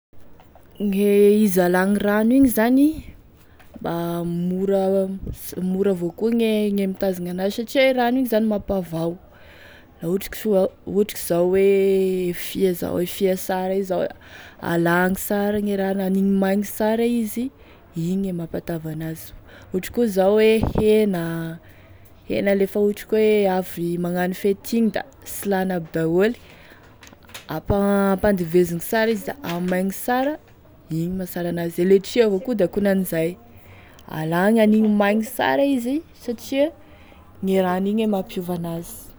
Gne izy alagny rano igny zany, mba mora, mora avao koa gne gne mitazogny an'azy satria e rano igny zany mampavao, raha ohatry ka zao la ohatry ka zao e fia zao e fia sara io alagny sara taha gn'aniny maigny sara izy igny e mampatavy an'azy, ohatry koa zao hoe hena, hena lefa ohatry ka avy magnano fety igny, da sy lany aby daoly, ampa-ampandevezigny sara izy da amaigny sara, igny e mahasara an'azy, e letshi koa akonan'izay, alany aniny maigny sara izy satria gne rano igny e mampiova an'azy.